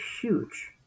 huge